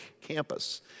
campus